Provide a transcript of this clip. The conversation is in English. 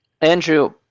Andrew